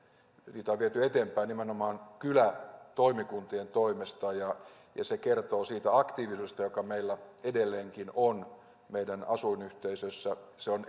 on viety eteenpäin nimenomaan kylätoimikuntien toimesta ja se kertoo siitä aktiivisuudesta joka meillä edelleenkin on meidän asuinyhteisöissä se on